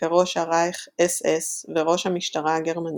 כראש הרייך-אס אס וראש המשטרה הגרמנית,